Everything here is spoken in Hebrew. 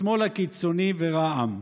השמאל הקיצוני ורע"מ.